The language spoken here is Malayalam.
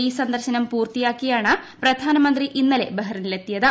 ഇ സന്ദർശനം പൂർത്തിയാക്കിയാണ് പ്രധാനമന്ത്രി ഇന്നലെ ബഹ്റിനിലെത്തിയത്